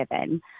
given